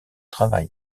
travail